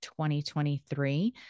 2023